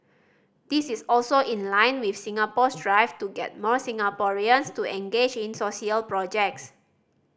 this is also in line with Singapore's drive to get more Singaporeans to engage in social projects